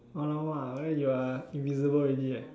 !alamak! then you are invisible already eh